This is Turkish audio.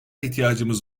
ihtiyacımız